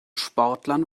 sportlern